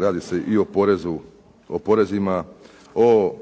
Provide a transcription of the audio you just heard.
radi se i o porezima, o